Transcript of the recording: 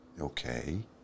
Okay